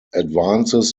advances